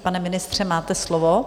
Pane ministře, máte slovo.